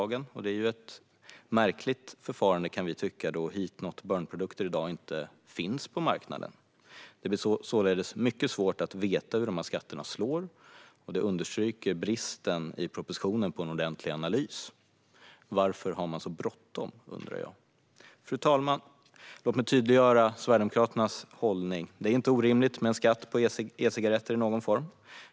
Vi kan tycka att detta är ett märkligt förfarande då heat not burn-produkter i dag inte finns på marknaden. Det blir således mycket svårt att veta hur dessa skatter slår, vilket understryker propositionens brist på ordentlig analys. Varför har man så bråttom? undrar jag. Fru talman! Låt mig tydliggöra Sverigedemokraternas hållning. Det är inte orimligt med en skatt på e-cigaretter i någon form.